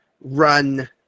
run